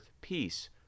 peace